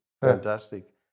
Fantastic